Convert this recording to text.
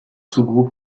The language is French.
sous